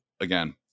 again